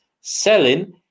selling